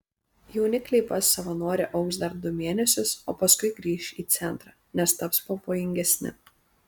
jaunikliai pas savanorę augs dar du mėnesius o paskui grįš į centrą nes taps pavojingesni